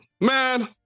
man